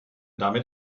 damit